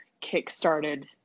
kick-started